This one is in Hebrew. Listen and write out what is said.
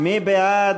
מי בעד?